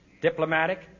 diplomatic